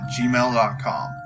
gmail.com